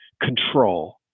control